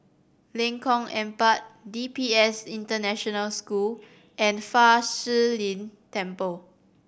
Lengkong Empat D P S International School and Fa Shi Lin Temple